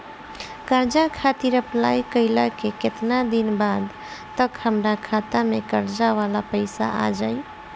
कर्जा खातिर अप्लाई कईला के केतना दिन बाद तक हमरा खाता मे कर्जा वाला पैसा आ जायी?